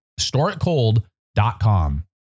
StoreItCold.com